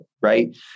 right